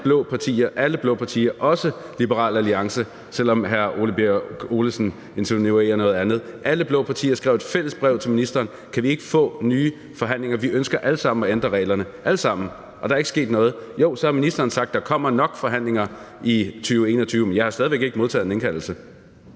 alle blå partier – også Liberal Alliance, selv om hr. Ole Birk Olesen insinuerer noget andet, og skrev et fælles brev til ministeren, om vi ikke kunne få nye forhandlinger, for vi ønsker alle sammen – alle sammen – at ændre reglerne, og der er ikke sket noget. Jo, så har ministeren sagt, at der nok kommer forhandlinger i 2021, men jeg har stadig væk ikke modtaget en indkaldelse.